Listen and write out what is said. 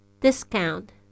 discount